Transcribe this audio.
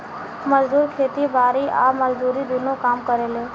मजदूर खेती बारी आ मजदूरी दुनो काम करेले